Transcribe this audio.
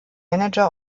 manager